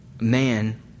man